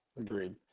agreed